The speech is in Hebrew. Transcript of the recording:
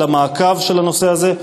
על המעקב אחר הנושא הזה,